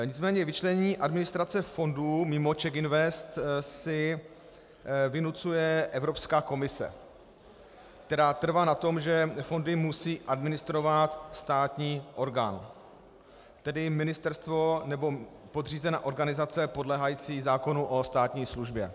Nicméně vyčlenění administrace fondu mimo CzechInvest si vynucuje Evropská komise, která trvá na tom, že fondy musí administrovat státní orgán, tedy ministerstvo nebo podřízená organizace podléhající zákonu o státní službě.